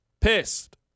pissed